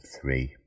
three